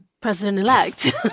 President-Elect